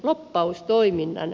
lobbaustoiminnan